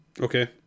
okay